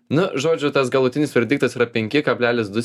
nu žodžiu tas galutinis verdiktas yra penki kablelis du